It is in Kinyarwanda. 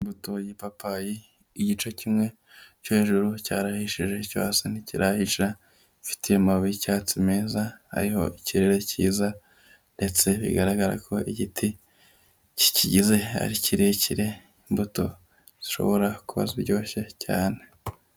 Imbuto y'ipapayi, igice kimwe cyo hejuru cyarahishije, icyo hasi ntikirahisha. Ifite amababi y'icyatsi meza, ariho ikirere cyiza, ndetse bigaragara ko igiti kikigize ari kirekire, imbuto zishobora kuba ziryoshye cyane.